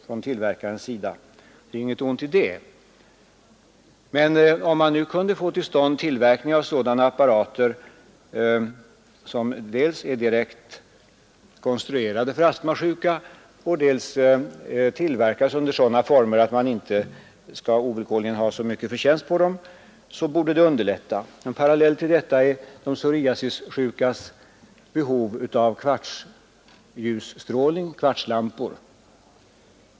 Det är i och för sig inget ont i det, men om man kunde skaffa fram apparater som dels är direkt konstruerade för astmasjuka, dels tillverkas under sådana former att man inte ovillkorligen skall ha så stor förtjänst som möjligt på dem, borde detta underlätta situationen för de astmasjuka. En parallell till detta är de psoriasissjukas behov av kvartsljusstrålning från kvartslampor.